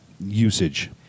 usage